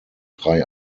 drei